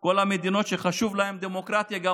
וכל המדינות שחשוב להן דמוקרטיה גם